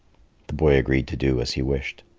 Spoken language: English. the boy agreed to do as he wished.